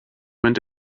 went